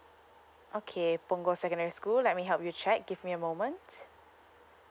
okay punggol secondary school let me help you check give me a moment